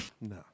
No